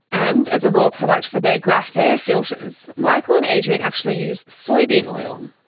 and, as a raw product for their graphair filters, michael and adrian actually used soya bean oil.